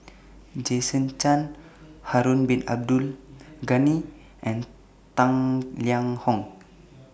Jason Chan Harun Bin Abdul Ghani and Tang Liang Hong